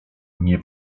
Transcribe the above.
nie